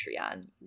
patreon